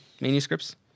manuscripts